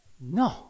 No